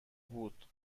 بود